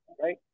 right